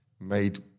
made